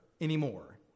anymore